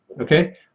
okay